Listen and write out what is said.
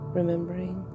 remembering